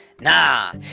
Nah